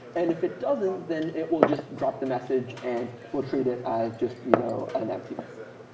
and if it doesn't, then it will just drop the message and will treat it as just you know an empty message.